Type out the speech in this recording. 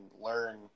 learn